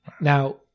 Now